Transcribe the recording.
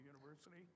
University